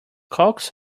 coax